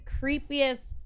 creepiest